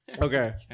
Okay